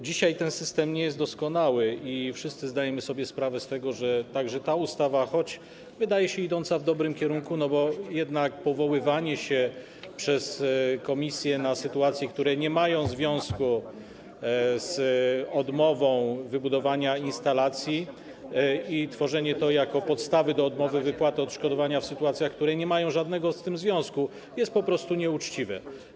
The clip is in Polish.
Dzisiaj ten system nie jest doskonały i wszyscy zdajemy sobie sprawę z tego, choć ta ustawa wydaje się idąca w dobrym kierunku, bo jednak powoływanie się przez komisje na sytuacje, które nie mają związku z odmową wybudowania instalacji, i wykorzystanie tego jako podstawy do odmowy wypłaty odszkodowania w sytuacjach, które nie mają z tym żadnego związku, jest po prostu nieuczciwe.